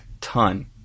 ton